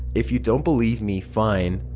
if you don't believe me fine,